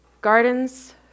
gardens